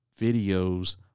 videos